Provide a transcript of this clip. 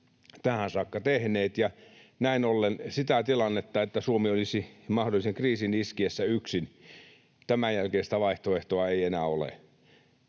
tähän saakka tehneet, ja näin ollen sitä tilannetta, että Suomi olisi mahdollisen kriisin iskiessä yksin, ei enää ole.